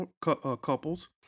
couples